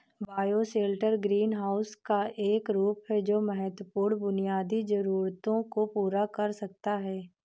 bioshelter greenhouse का एक रूप है जो महत्वपूर्ण बुनियादी जरूरतों को पूरा कर सकता है